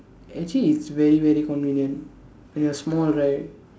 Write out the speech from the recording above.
actually it's very very convenient when you're small right